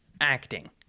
Acting